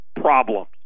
problems